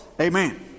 Amen